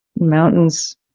mountains